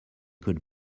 could